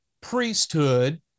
priesthood